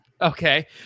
Okay